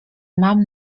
mam